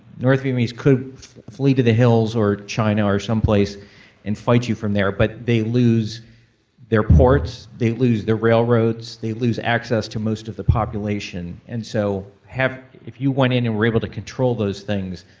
north vietnamese could flee to the hills or china or some place and fight you from there, but they lose their ports, they lose their railroads, they lose access to most of the population. and so if you went in and were able to control those things,